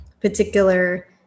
particular